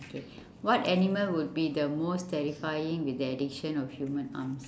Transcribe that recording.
okay what animal would be the most terrifying with the addition of human arms